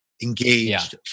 engaged